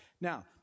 Now